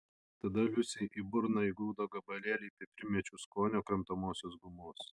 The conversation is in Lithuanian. tada liusei į burną įgrūdo gabalėlį pipirmėčių skonio kramtomosios gumos